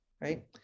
right